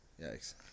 Yikes